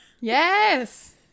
Yes